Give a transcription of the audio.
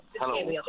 Hello